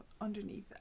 underneath